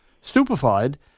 stupefied